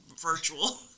virtual